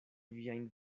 viajn